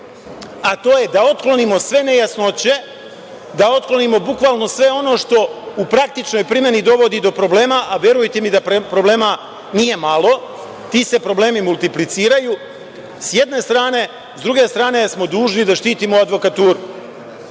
a to je da otklonimo sve nejasnoće, da otklonimo bukvalno sve ono što u praktičnoj primeni dovodi do problema, a verujte mi da problema nije malo. Ti se problemi multipliciraju sa jedne strane, a sa druge strane smo dužni da štitimo advokaturu. Moja